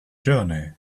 journey